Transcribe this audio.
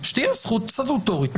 שתהיה זכות סטטוטורית.